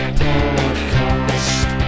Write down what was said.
podcast